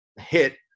hit